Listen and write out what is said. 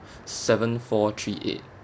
seven four three eight